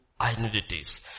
identities